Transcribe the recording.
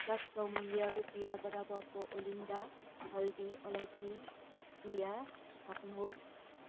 सात सौ मूल्य रुपियाँ बराबरको ओलिन्डा हल्दी अलैँची चिया थप्नुहोस्